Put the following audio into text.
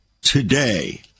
today